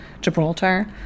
Gibraltar